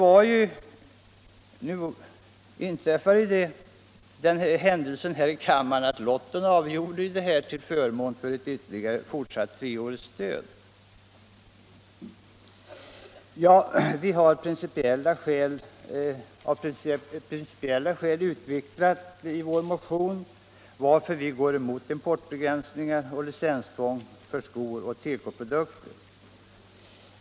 Nu blev det lotten som här i kammaren avgjorde frågan till förmån för ett fortsatt treårigt stöd. Vi har i vår motion utvecklat varför vi av principiella skäl går emot importbegränsningar och licenstvång för skor och tekoprodukter.